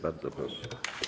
Bardzo proszę.